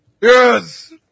Yes